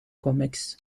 comics